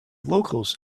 locals